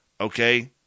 Okay